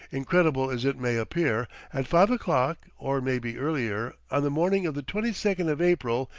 incredible as it may appear, at five o'clock, or maybe earlier, on the morning of the twenty-second of april,